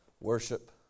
worship